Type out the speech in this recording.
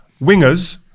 wingers